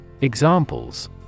Examples